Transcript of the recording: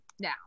now